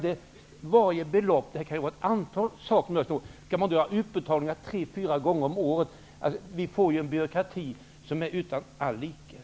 Det kan ju vara fråga om ett antal olika åtgärder varje år. Skall man då ha utbetalningar tre till fyra gånger om året? Vi får i så fall en byråkrati utan all like.